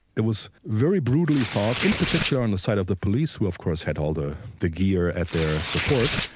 it was very brutally fought, in particular on the side of the police who of course had all the the gear at their ah support,